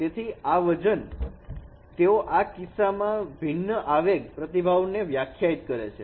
તેથી આ વજન તેઓ આ કિસ્સામાં ભિન્ન આવેગ પ્રતિભાવને વ્યાખ્યાયિત કરે છે